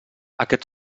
aquest